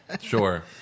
Sure